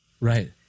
Right